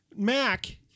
Mac